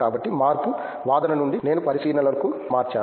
కాబట్టి మార్పు వాదన నుండి నేను పరిశీలనకు మార్చాను